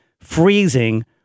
freezing